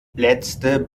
letzte